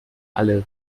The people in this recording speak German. alle